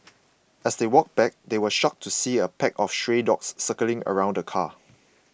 as they walked back they were shocked to see a pack of stray dogs circling around the car